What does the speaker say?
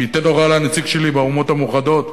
שייתן הוראה לנציג שלי באומות המאוחדות,